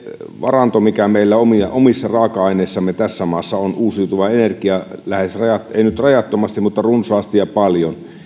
varanto mikä meillä omissa raaka aineissamme tässä maassa on uusiutuvaa energiaa lähes rajattomasti tai ei nyt rajattomasti mutta runsaasti ja paljon